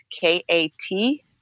K-A-T